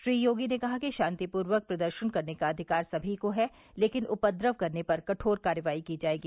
श्री योगी ने कहा कि शांतिपूर्वक प्रदर्शन करने का अधिकार सभी को है लेकिन उपद्रव करने पर कठोर कार्रवाई की जाएगी